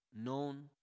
known